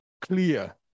clear